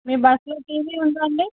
మీ బస్సులో T V ఉందా అండి